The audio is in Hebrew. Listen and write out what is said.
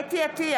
חוה אתי עטייה,